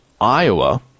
Iowa